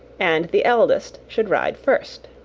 and the eldest should ride first.